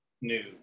new